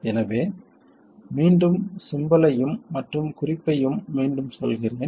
எனவே மீண்டும் சிம்பல் ஐயும் மற்றும் குறிப்பையும் மீண்டும் சொல்கிறேன்